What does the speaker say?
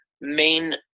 main